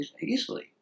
easily